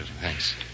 Thanks